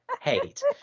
hate